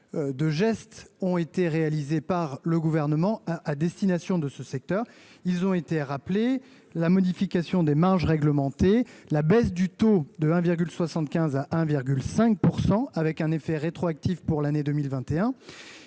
de gestes ont été réalisées par le gouvernement à destination de ce secteur, ils ont été rappelés, la modification des marges réglementées, la baisse du taux de 1 virgule 75 à 1 virgule 5 % avec un effet rétroactif pour l'année 2021